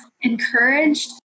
encouraged